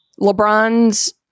LeBron's